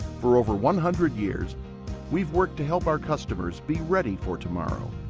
for over one hundred years we have worked to help our customers be ready for tomorrow.